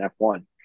F1